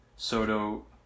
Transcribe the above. Soto